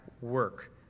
work